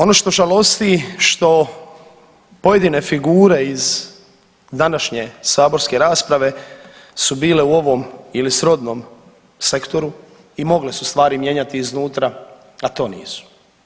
Ono što žalosti što pojedine figure iz današnje saborske rasprave su bile u ovom ili srodnom sektoru i mogle su stvari mijenjati iznutra, a to nisu.